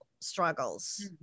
struggles